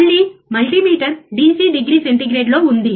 మళ్ళీ multimeter DC degree సెంటీగ్రేడ్లో ఉంది